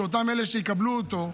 שאותם אלה שיקבלו אותו,